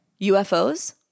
UFOs